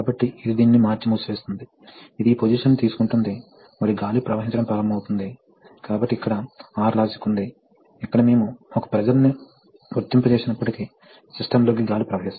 కాబట్టి ఏమి జరుగుతుందంటే ప్రవాహం V అయితే ప్రవాహం యొక్క నిష్పత్తిని చూడండి అది X దూరం కదులుతుందని అనుకుందాం